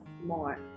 more